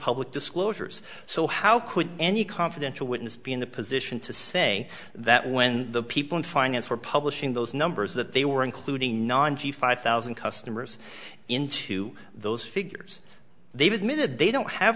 public disclosures so how could any confidential witness be in the position to say that when the people in finance were publishing those numbers that they were including non g five thousand customers into those figures they've admitted they don't have